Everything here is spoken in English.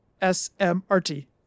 S-M-R-T